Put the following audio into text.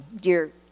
dear